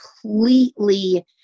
completely